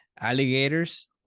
alligators